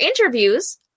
interviews